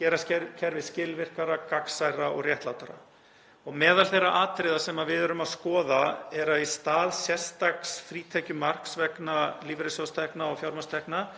gera kerfið skilvirkara, gagnsærra og réttlátara. Meðal þeirra atriða sem við erum að skoða er að í stað sérstaks frítekjumarks vegna lífeyrissjóðstekna og fjármagnstekna